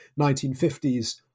1950s